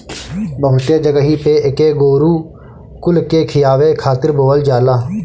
बहुते जगही पे एके गोरु कुल के खियावे खातिर बोअल जाला